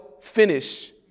finish